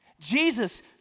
Jesus